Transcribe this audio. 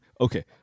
okay